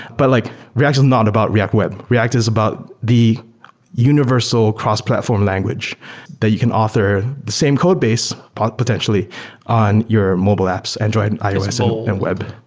but like react is not about react web. react is about the universal cross-platform language that you can author the same codebase potentially on your mobile apps, android, and ios so and web.